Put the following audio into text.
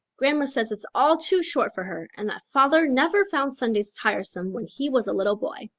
grandma says it's all too short for her and that father never found sundays tiresome when he was a little boy.